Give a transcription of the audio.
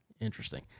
Interesting